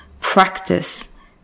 practice